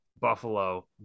Buffalo